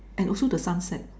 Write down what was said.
and also the sunset